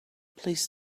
please